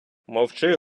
мовчи